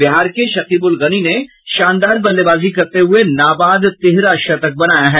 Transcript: बिहार के शकीबुल गनी ने शानदार बल्लेबाजी करते हुये नाबाद तिहरा शतक बनाया है